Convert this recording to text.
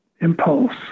impulse